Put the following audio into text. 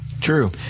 True